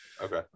Okay